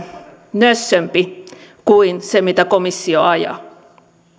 nössömpi kuin se mitä komissio ajaa